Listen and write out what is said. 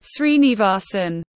Srinivasan